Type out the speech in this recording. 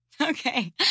okay